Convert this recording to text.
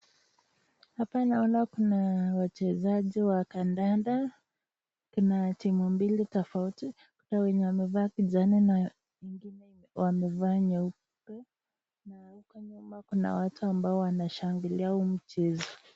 Hapa naona kuna wachezaji wa kandanda. Kuna timu mbili tofauti. Kuna wenye wamevaa kijani na wengine wamevaa nyeupe. Na huko nyuma kuna watu ambao wanashangilia huu mchezo.